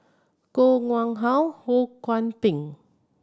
Koh Nguang How Ho Kwon Ping